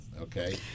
okay